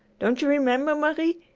don't you remember, marie?